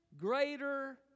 greater